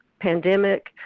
pandemic